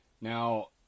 now